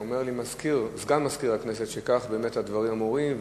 אומר לי סגן מזכיר הכנסת שכך באמת הדברים אמורים,